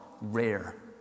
rare